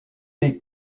les